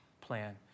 plan